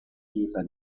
chiesa